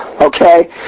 Okay